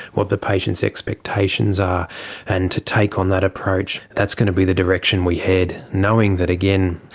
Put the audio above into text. what the patient's expectations, um and to take on that approach, that's going to be the direction we head, knowing that, again,